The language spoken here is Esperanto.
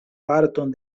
parton